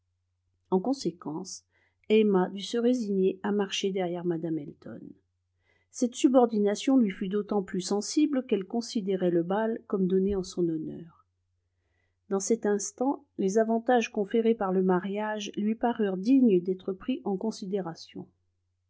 en conséquence emma dut se résigner à marcher derrière mme elton cette subordination lui fut d'autant plus sensible qu'elle considérait le bal comme donné en son honneur dans cet instant les avantages conférés par le mariage lui parurent dignes d'être pris en considération